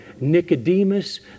Nicodemus